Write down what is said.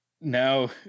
now